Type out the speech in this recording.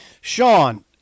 Sean